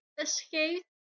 escaped